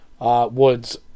Woods